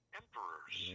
emperors